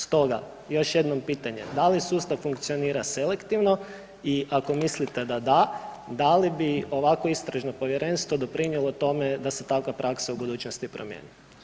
Stoga još jednom pitanje, da li sustav funkcionira selektivno i ako mislite da da, da li bi ovakvo istražno povjerenstvo doprinijelo tome da se takva praksa u budućnosti promijeni.